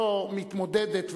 קהילה שלא מתמודדת,